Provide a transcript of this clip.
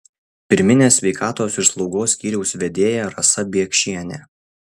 pirminės sveikatos ir slaugos skyriaus vedėja rasa biekšienė